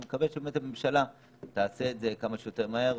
אני מקווה שבאמת הממשלה תעשה את זה כמה שיותר מהר,